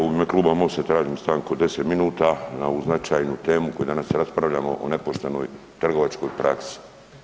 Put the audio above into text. U ime Kluba Mosta tražim stanku od 10 minuta na ovu značajnu temu, koju danas raspravljamo o nepoštenoj trgovačkoj praksi.